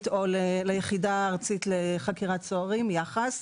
או ליחידה הארצית לחקירת סוהרים - יח"ס,